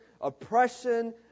oppression